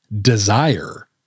desire